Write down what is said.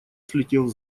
слетел